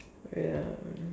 wait ah